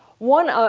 one,